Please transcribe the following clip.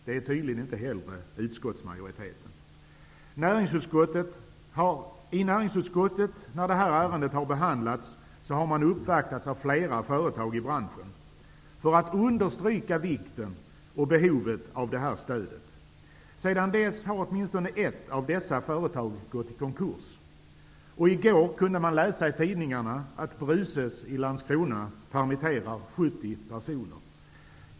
Det är tydligen inte heller utskottsmajoriteten beredd att göra. Medan detta ärende behandlats i näringsutskottet har flera företag i branschen uppvaktat utskottet för att understryka vikten och behovet av stödet på detta område. Sedan dess har åtminstone ett av dessa företag gått i konkurs, och man kunde i går läsa i tidningarna att Bruces i Landskrona permitterar 70 personer.